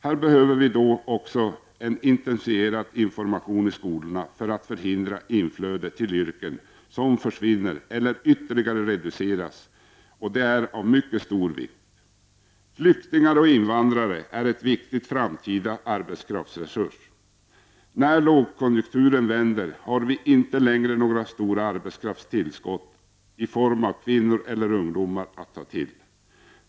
Här behövs också en intensifierad information i skolorna för att förhindra inflöde till yrken som försvinner eller ytterligare reduceras. Flyktingar och invandrare är en viktig framtida arbetskraftsresurs. När lågkonjunkturen vänder har vi inte längre några stora arbetskraftstillskott i form av kvinnor eller ungdomar att ta till.